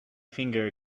finger